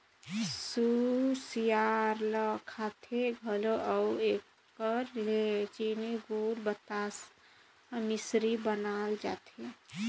कुसियार ल खाथें घलो अउ एकर ले चीनी, गूर, बतासा, मिसरी बनाल जाथे